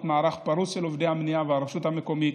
מערך פרוס של עובדי המדינה והרשות המקומית.